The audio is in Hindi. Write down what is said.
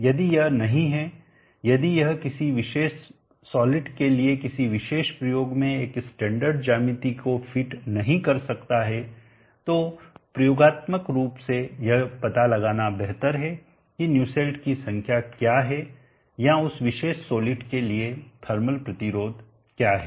यदि यह नहीं है यदि यह किसी विशेष सॉलिड के लिए किसी विशेष प्रयोग में एक स्टैंडर्ड ज्यामिति को फिट नहीं कर सकता है तो प्रयोगात्मक रूप से यह पता लगाना बेहतर है कि न्यूसेल्ट की संख्या क्या है या उस विशेष सॉलिड के लिए थर्मल प्रतिरोध क्या है